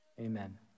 amen